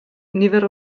nifer